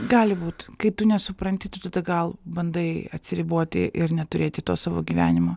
gali būt kai tu nesupranti tu tada gal bandai atsiriboti ir neturėti to savo gyvenimo